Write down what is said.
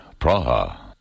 Praha